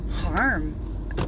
harm